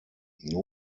nur